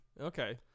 Okay